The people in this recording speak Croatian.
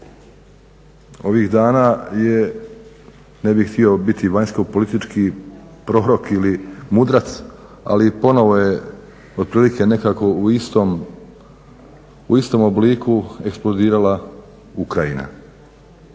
Ovih dana je ne bi htio biti vanjskopolitički porok ili mudrac, ali ponovo je otprilike nekako u istom obliku eksplodirala Ukrajina.